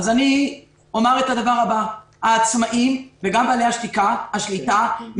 וסרצוג ואני אומר את הדבר הבא: העצמאיים וגם בעלי השליטה משוועים